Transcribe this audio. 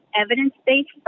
evidence-based